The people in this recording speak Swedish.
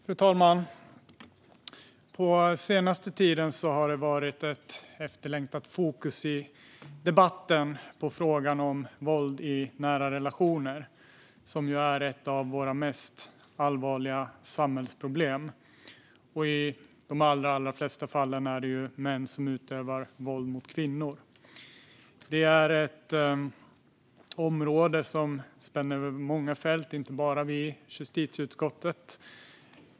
Fru talman! Under den senaste tiden har det i debatten funnits ett efterlängtat fokus på frågan om våld i nära relationer, ett av de allvarligaste samhällsproblemen vi har. I de allra flesta fall är det män som utövar våld mot kvinnor. Det här är ett område som spänner över många fält och berör inte bara oss i justitieutskottet.